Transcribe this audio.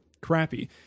crappy